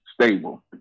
stable